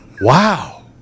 wow